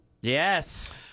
Yes